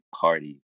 Party